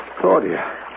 Claudia